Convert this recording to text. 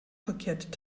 verkehrt